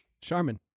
Charmin